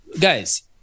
guys